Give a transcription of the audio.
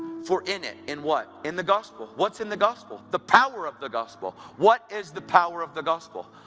for in it in what? in the gospel. what's in the gospel? the power of the gospel. what is the power of the gospel?